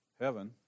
heaven